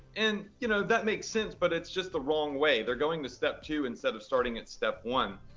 and, you know, that makes sense, but it's just the wrong way. they're going to step two instead of starting at step one.